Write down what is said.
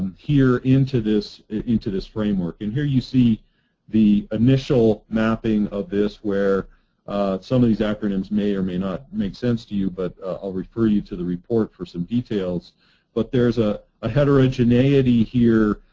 into this into this framework. and here you see the initial mapping of this where some of these acronyms may or may not make sense to you but i'll refer you to the report for some details but there is ah ah heterogeneity here,